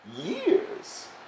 years